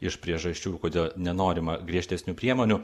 iš priežasčių kodėl nenorima griežtesnių priemonių